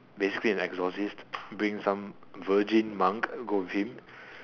basically an exorcist bring some virgin monk go with him